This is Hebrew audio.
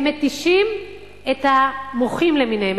הם מתישים את המוחים למיניהם,